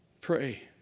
Pray